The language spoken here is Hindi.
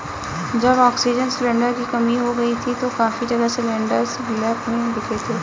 जब ऑक्सीजन सिलेंडर की कमी हो गई थी तो काफी जगह सिलेंडरस ब्लैक में बिके थे